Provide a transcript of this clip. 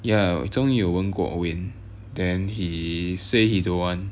ya zhong yi 有问过 wayne then he say he don't want